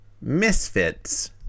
misfits